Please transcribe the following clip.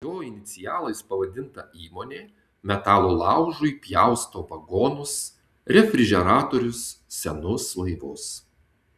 jo inicialais pavadinta įmonė metalo laužui pjausto vagonus refrižeratorius senus laivus